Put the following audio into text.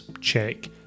Check